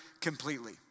completely